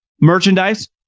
merchandise